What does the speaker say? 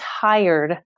tired